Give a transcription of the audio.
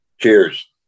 Cheers